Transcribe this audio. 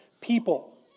people